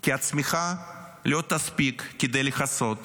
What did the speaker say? כי הצמיחה לא תספיק כדי לכסות